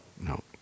no